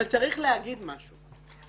צריך להגיד משהו,